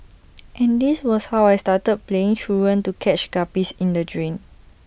and this was how I started playing truant to catch guppies in the drain